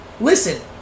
listen